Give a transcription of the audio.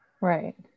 Right